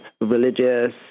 religious